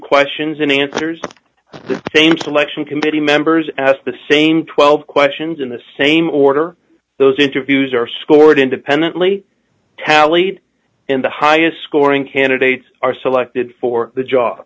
questions and answers the same selection committee members ask the same twelve questions in the same order those interviews are scored independently tallied in the highest scoring candidates are selected for the job